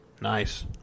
Nice